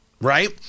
right